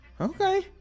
Okay